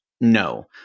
no